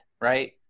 right